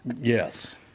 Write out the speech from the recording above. Yes